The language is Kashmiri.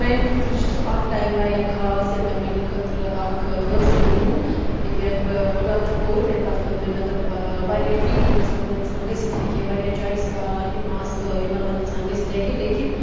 میٛانہٕ خٲطرٕ چھُ سُہ اَکھ ٹایِم واریاہ خاص ییٚلہِ مےٚ پنٛنہِ خٲطرٕ اَکھ فٲصلہٕ نیوٗ ییٚلہِ ٹُوٮ۪لتھ کوٚر تَمہِ پتہٕ کٔر مےٚ مےٚ دوٚپ واریاہ فیٖلڈ ٲسۍ یَتھ منٛز اِنسان گٔژھِتھ ہیٚکہِ ہے واریاہ چایِس یِم آسہٕ یِمن منٛز اِنسان گٔژھِتھ ہٮ۪کہِ لیکِن